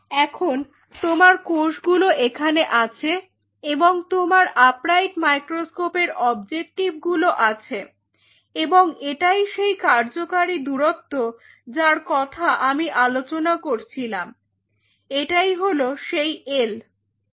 এখন তোমার কোষগুলো এখানে আছে এবং তোমার আপরাইট মাইক্রোস্কোপের অবজেক্টিভ গুলো আছে এবং এটাই সেই কার্যকারী দূরত্ব যার কথা আমি আলোচনা করছিলাম এটাই হল সেই এল্